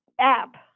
app